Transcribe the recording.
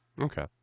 Okay